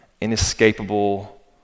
inescapable